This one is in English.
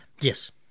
Yes